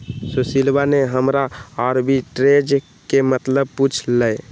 सुशीलवा ने हमरा आर्बिट्रेज के मतलब पूछ लय